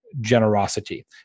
generosity